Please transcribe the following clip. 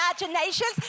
imaginations